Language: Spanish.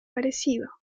parecido